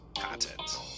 content